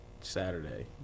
Saturday